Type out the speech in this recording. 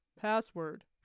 password